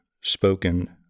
spoken